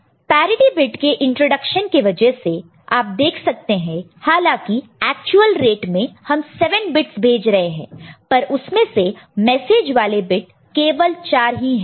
तो parity bit के introduction के वजह से आप देख सकते हैं हालांकि एक्चुअल रेट में हम 7 बिट्स भेज रहे हैं पर उसमें से मैसेज वाले बिट केवल 4 ही है